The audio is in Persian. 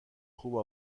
خوب